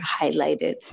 highlighted